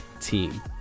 team